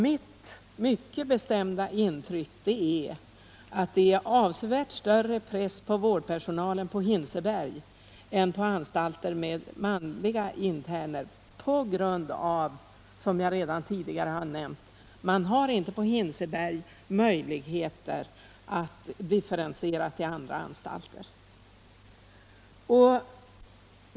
Mitt mycket bestämda intryck är att det är avsevärt större press på vårdpersonalen på Hinseberg än på anstalter med manliga interner på grund av att man på Hinseberg, som jag redan tidigare nämnt, inte har möjligheten att differentiera klientelet och sända internerna till andra anstalter.